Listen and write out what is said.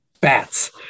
bats